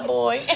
boy